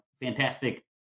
fantastic